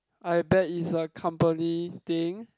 I bet is a company thing